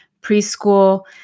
preschool